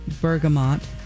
bergamot